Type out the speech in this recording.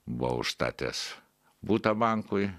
buvau užstatęs butą bankui